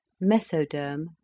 mesoderm